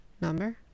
number